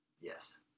Yes